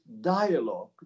dialogue